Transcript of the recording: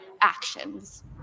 actions